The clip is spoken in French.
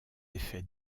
effets